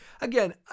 Again